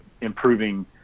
improving